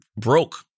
broke